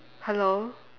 hello